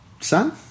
son